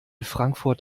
frankfurt